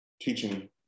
teaching